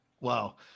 Wow